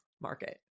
market